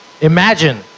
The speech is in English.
Imagine